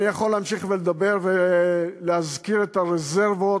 אני יכול להמשיך ולדבר להזכיר את הרזרבות